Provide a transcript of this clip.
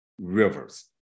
Rivers